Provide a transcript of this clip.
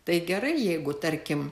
tai gerai jeigu tarkim